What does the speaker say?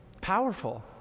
powerful